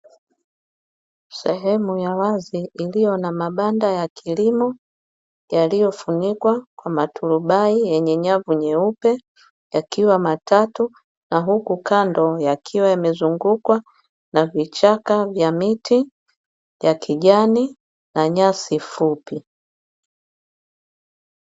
Sehemu ya wazi iliyo na mabanda ya kilimo yaliyofunikwa kwa maturabai yenye nyavu nyeupe yakiwa matatu na huku kando yakiwa yamezungukwa na vichaka vya miti yakijani na nyasi fupi.